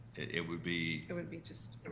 it would be it would be just